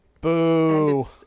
Boo